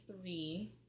three